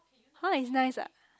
oh is nice